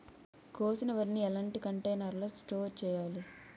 కోసిన వరిని ఎలాంటి కంటైనర్ లో స్టోర్ చెయ్యాలి?